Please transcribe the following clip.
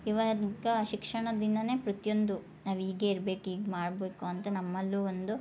ಇವಾದ್ಗ ಶಿಕ್ಷಣದಿಂದನೆ ಪ್ರತಿಯೊಂದು ನಾವು ಹೀಗೆ ಇರಬೇಕು ಹೀಗೆ ಮಾಡಬೇಕು ಅಂತ ನಮ್ಮಲ್ಲೂ ಒಂದು